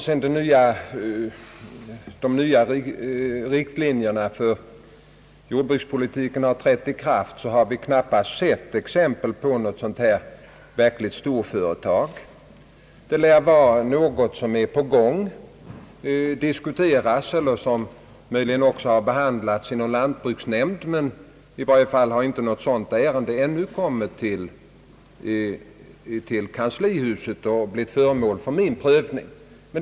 Sedan de nya riktlinjerna för jordbrukspolitiken trädde i kraft har vi knappast sett exempel på något sådant här verkligt storföretag. Det lär vara någonting på gång, som diskuterats och möjligen även behandlats i någon lantbruksnämnd, men i varje fall hittills har inget sådant ärende kommit till kanslihuset och blivit föremål för min prövning.